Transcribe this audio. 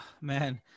man